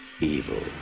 evil